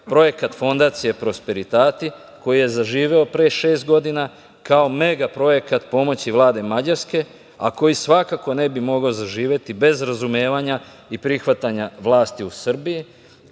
projekat Fondacije „Prosperitati“ koji je zaživeo pre šest godina kao mega projekta Vlade Mađarske, a koji svakako ne bi mogao zaživeti bez razumevanja i prihvatanja vlasti u Srbiji